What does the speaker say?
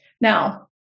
Now